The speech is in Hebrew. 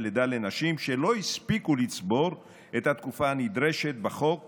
לידה לנשים שלא הספיקו לצבור את התקופה הנדרשת בחוק